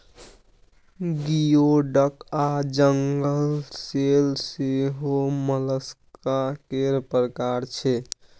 गियो डक आ जंगल सेल सेहो मोलस्का केर प्रकार छै